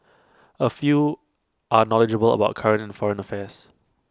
A few are knowledgeable about current and foreign affairs